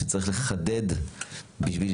שצריך לחדד בשביל